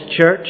church